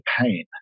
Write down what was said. pain